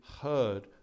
heard